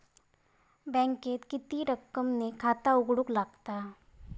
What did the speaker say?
बँकेत किती रक्कम ने खाता उघडूक लागता?